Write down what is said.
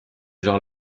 gens